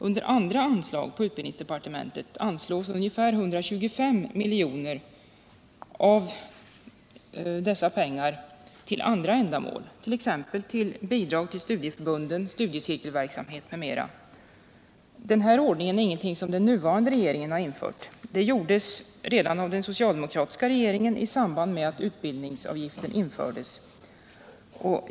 Under andra anslag inom utbildningsdeparte mentet anslås ungefär 120 milj.kr. av dessa pengar till andra ändamål, t.ex. bidrag till studieförbunden, studiecirkelverksamhet m.m. Den här ordningen är ingenting som den nuvarande regeringen har infört. Det skedde redan under den socialdemokratiska regeringen i samband med att vuxenutbildningsavgiften infördes.